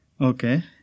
Okay